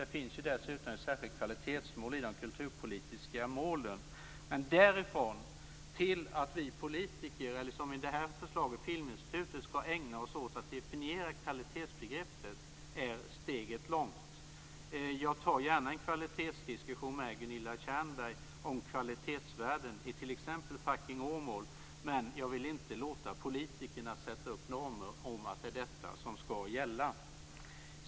Det finns dessutom ett särskilt kvalitetsmål i de kulturpolitiska målen. Därifrån till att vi politiker, i det här förslaget Filminstitutet, ska ägna oss åt att definiera kvalitetsbegreppet är steget långt. Jag tar gärna en kvalitetsdiskussion med Gunilla Tjernberg om kvalitetsvärdena i t.ex. Fucking Åmål, men jag vill inte låta politikerna sätta upp normer om att det är detta som ska gälla.